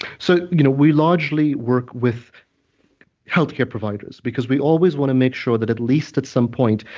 so you know we largely work with healthcare providers, because we always want to make sure that at least at some point,